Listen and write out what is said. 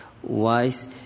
wise